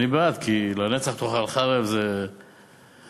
אני בעד, כי "לנצח תאכל חרב" זה קללה,